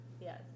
Yes